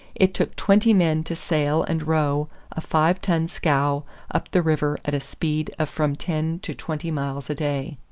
it took twenty men to sail and row a five-ton scow up the river at a speed of from ten to twenty miles a day.